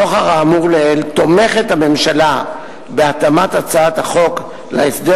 נוכח האמור לעיל הממשלה תומכת בהתאמת הצעת החוק להסדר